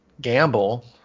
gamble